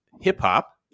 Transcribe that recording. hip-hop